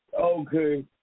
Okay